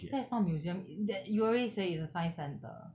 that is not a museum it tha~ you already said it's a science centre